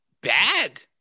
bad